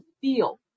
feel